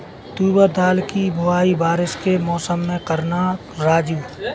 तुवर दाल की बुआई बारिश के मौसम में करना राजू